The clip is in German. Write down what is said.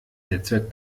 netzwerk